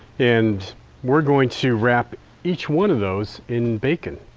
and we're going to wrap each one of those in bacon.